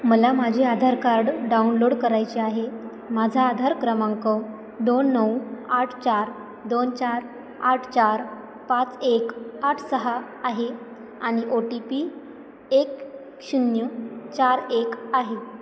मला माझे Aadhaar card download करायचे आहे माझा आधार क्रमांक दोन नऊ आठ चार दोन चार आठ चार पाच एक आठ सहा आहे आणि ओ टी पी एक शून्य चार एक आहे